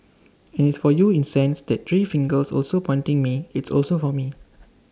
and it's for you in sense that three fingers also pointing me it's also for me